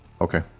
Okay